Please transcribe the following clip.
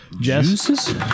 Juices